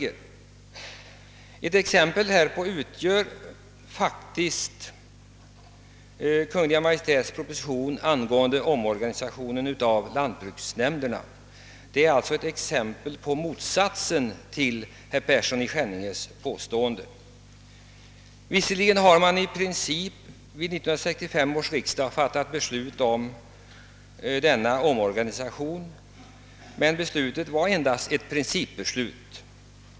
Ett exempel härpå är Kungl. Maj:ts proposition angående de nya lantbruksnämndernas organisation. Det är alltså ett exempel på mot Visserligen har man i princip vid 1965 års riksdag fattat beslut om denna omorganisation, men det var endast ett principbeslut.